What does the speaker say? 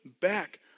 back